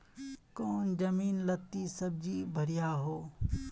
कौन जमीन लत्ती सब्जी बढ़िया हों?